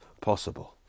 possible